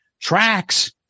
Tracks